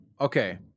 okay